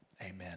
Amen